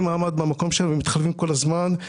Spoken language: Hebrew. מעמד במקום שלנו ומתחלפים כל הזמן,